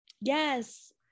Yes